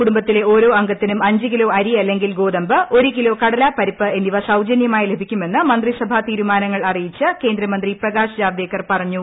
കുടുംബത്തിലെ ഓരോ അംഗത്തിനും അഞ്ച് കിലോ അരി അല്ലെങ്കിൽ ഗോതമ്പ് ഒരു കിലോ കടല പരിപ്പ് എന്നിവ സൌജന്യമായി ലഭിക്കുമെന്ന് അറിയിച്ച് മന്ത്രിസഭാ തീരുമാനങ്ങൾ കേന്ദ്രമന്തി പ്രകാശ് ജാവ്ദേക്കർ പറഞ്ഞു